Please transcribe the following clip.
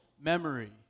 memory